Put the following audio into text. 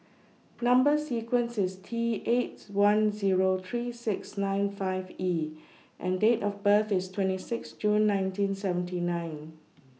Number sequence IS T eight one Zero three six nine five E and Date of birth IS twenty six June nineteen seventy nine